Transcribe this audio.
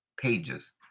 pages